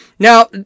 Now